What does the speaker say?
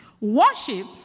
Worship